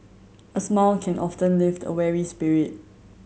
a smile can often lift a weary spirit